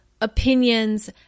opinions